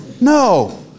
No